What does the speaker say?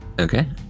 Okay